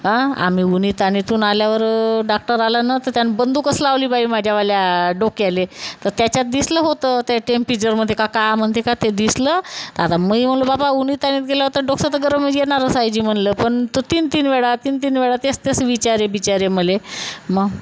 आं आम्ही उन्हीतान्हीतून आल्यावर डाक्टर आलं ना तर त्यानं बंदूकस लावली बाई माझ्यावाल्या डोक्याला तर त्याच्यात दिसलं होतं त्या टेम्पेचरमध्ये का का म्हणते का ते दिसलं आता मी म्हणलं बापा उन्हीतान्हीत गेलं होतं तर डोकसं तर गरम येणारच आहे जी म्हणलं पण तो तीन तीन वेळा तीन तीन वेळा तेच तेच विचारे बिचारे मला मग